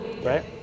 right